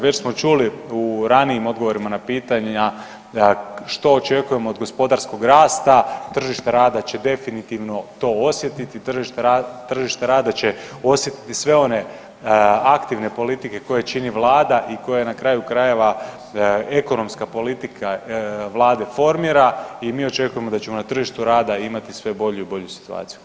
Već smo čuli u ranijim odgovorima na pitanja da što očekujemo od gospodarskog rasta, tržište rada će definitivno to osjetiti, tržište rada će osjetiti sve one aktivne politike koje čini Vlada i koje na kraju krajeva ekonomska politika Vlade formira i mi očekujemo da ćemo na tržištu rada imati sve bolju i bolju situaciju.